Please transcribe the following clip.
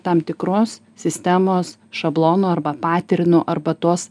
tam tikros sistemos šablono arba patrinu arba tuos